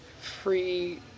free